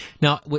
Now